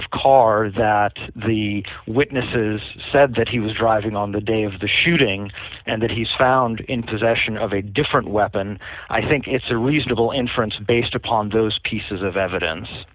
of car that the witnesses said that he was driving on the day of the shooting and that he's found in possession of a different weapon i think it's a reasonable inference based upon those pieces of evidence